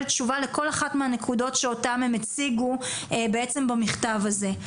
תשובה לכל אחת מהנקודות שאותם הם הציגו בעצם במכתב הזה.